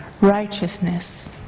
Righteousness